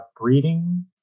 breeding